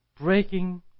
breaking